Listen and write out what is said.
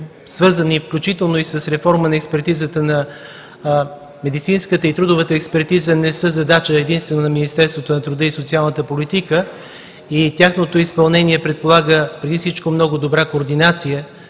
свързани, включително и с реформа на експертизата на медицинската и трудовата експертиза, не са задача единствено на Министерството на труда и социалната политика. Тяхното изпълнение предполага преди всичко много добра координация